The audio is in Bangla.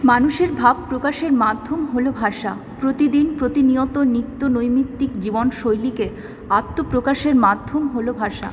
মানুষের ভাব প্রকাশের মাধ্যম হল ভাষা প্রতিদিন প্রতিনিয়ত নিত্য নৈমিত্তিক জীবনশৈলীকে আত্মপ্রকাশের মাধ্যম হল ভাষা